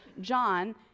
John